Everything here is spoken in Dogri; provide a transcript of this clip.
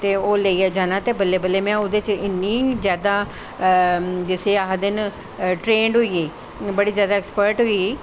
ते ओह् लेइयै जाना ते बल्लैं बल्लैं में इन्नी जैदा जिस्सी आखदे न ट्रेंड़ होई गेई बड़ी जैदा अक्सपर्ट होई गेई